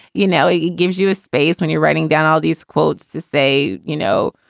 you know, it gives you a space when you're writing down all these quotes to say, you know,